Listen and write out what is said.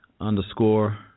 underscore